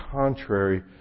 contrary